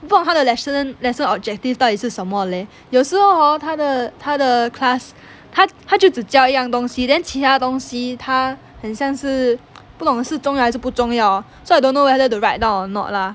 不懂他的 lechin~ lesson objective 到底是什么 leh 有时候 hor 他的他的 class 他他就只教一样东西 then 其他东西他很像是不懂是重要还是不重要 so I don't know whether the write down or not lah